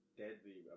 deadly